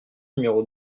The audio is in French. numéro